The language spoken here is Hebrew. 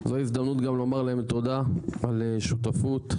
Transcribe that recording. זו ההזדמנות גם לומר להם תודה על שותפות.